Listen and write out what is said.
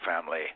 family